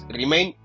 remain